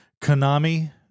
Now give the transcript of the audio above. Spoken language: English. Konami